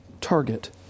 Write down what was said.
Target